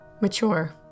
Mature